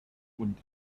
und